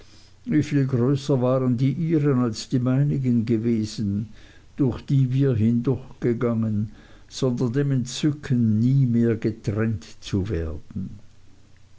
wieviel größer waren die ihren als die meinigen gewesen durch die wir hindurchgegangen sondern dem entzücken nie mehr getrennt zu werden